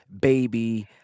Baby